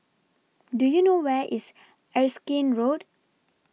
Do YOU know Where IS Erskine Road